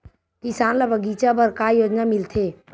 किसान ल बगीचा बर का योजना मिलथे?